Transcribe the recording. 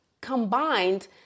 combined